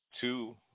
two